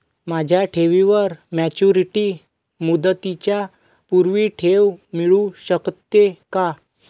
माझ्या ठेवीवर मॅच्युरिटी मुदतीच्या पूर्वी ठेव मिळू शकते का?